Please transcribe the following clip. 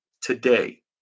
today